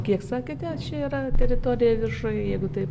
kiek sakėte čia yra teritorija viršuj jeigu taip